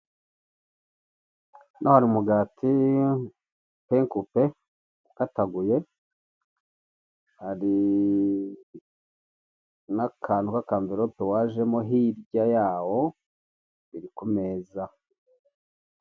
Hano hari umugati, pe nkupe, ukataguye, hari n'akantu k'akamvilope wajemo hirya yawo, biri ku meza.